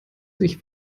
sich